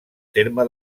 terme